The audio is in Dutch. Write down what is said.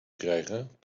gekregen